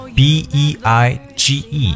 beige